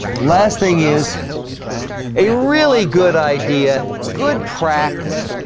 last thing is a really good idea good practice